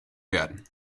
werden